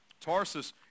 Tarsus